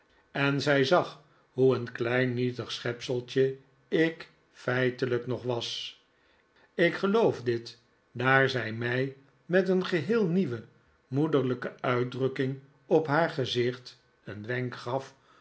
en zij zag hoe'n klein nietig scbepseltje ik feitelijk nog was ik geloof dit daar zij mij met een geheel nieuwe moederlijke uitdrukking op haar gezicht een wenk gaf